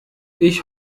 ich